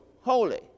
holy